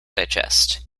digest